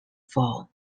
form